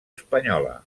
espanyola